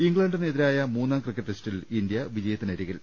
ഇംഗ്ലണ്ടിനെതിരായ മൂന്നാം ക്രിക്കറ്റ് ടെസ്റ്റിൽ ഇന്ത്യ വിജ യത്തിനരികിൽ